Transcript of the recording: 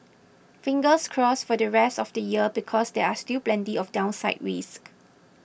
fingers crossed for the rest of the year because there are still plenty of downside risks